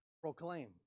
proclaim